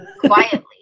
quietly